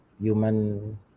human